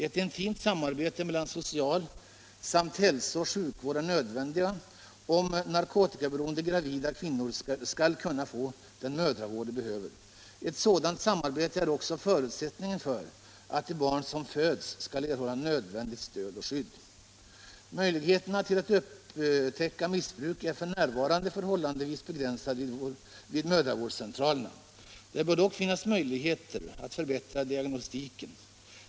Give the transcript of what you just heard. Ett intimt samarbete mellan socialvård samt hälso och sjukvård är nödvändigt om narkotikaberoende gravida kvinnor skulle kunna få den mödravård de behöver. Ett sådant samarbete är också en förutsättning för att de barn som föds skall erhålla nödvändigt stöd och skydd. Möjligheterna att upptäcka missbruk är f. n. förhållandevis begränsade vid mödravårdscentralerna. Det bör dock finnas möjligheter att förbättra diagnostiken.